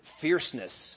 fierceness